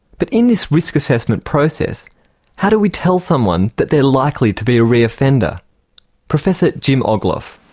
but in this risk assessment process how do we tell someone that they're likely to be a re-offender? professor jim ogloff.